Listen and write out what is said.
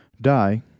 die